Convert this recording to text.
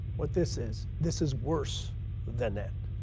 what this is. this is worse than that.